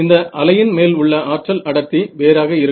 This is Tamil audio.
இந்த அலையின் மேல் உள்ள ஆற்றல் அடர்த்தி வேறாக இருக்கும்